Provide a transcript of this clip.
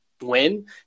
win